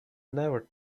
never